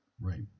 right